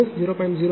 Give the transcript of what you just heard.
40 0